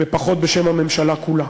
ופחות בשם הממשלה כולה.